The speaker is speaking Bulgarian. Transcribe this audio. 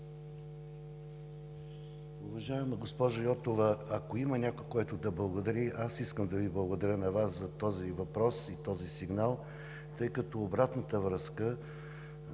Уважаема госпожо Йотова, ако има някой, който да благодари, аз искам да Ви благодаря на Вас за този въпрос и за този сигнал, тъй като обратната връзка